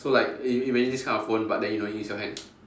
so like i~ imagine this kind of phone but then you don't to use your hand